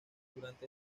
durante